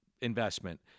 investment